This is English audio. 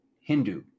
Hindu